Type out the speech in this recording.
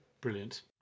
Brilliant